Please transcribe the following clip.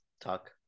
talk